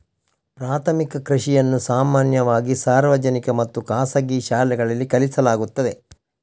ಪ್ರಾಥಮಿಕ ಕೃಷಿಯನ್ನು ಸಾಮಾನ್ಯವಾಗಿ ಸಾರ್ವಜನಿಕ ಮತ್ತು ಖಾಸಗಿ ಶಾಲೆಗಳಲ್ಲಿ ಕಲಿಸಲಾಗುತ್ತದೆ